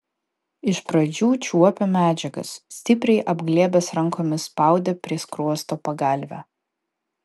iš pradžių čiuopė medžiagas stipriai apglėbęs rankomis spaudė prie skruosto pagalvę